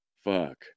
fuck